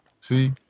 See